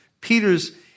Peter's